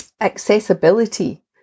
Accessibility